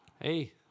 Hey